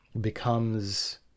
becomes